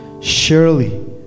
Surely